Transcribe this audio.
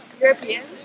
European